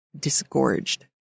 disgorged